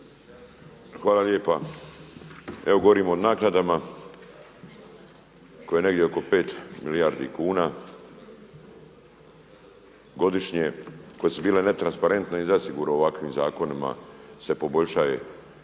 Hvala lijepa. Evo govorim o naknadama koje negdje oko 5 milijardi kuna godišnje, koje su bile netransparentne i zasigurno ovakvim zakonima se poboljšaje